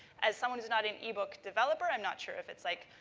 as someone who's not an ebook developer, i'm not sure if it's, like,